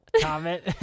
comment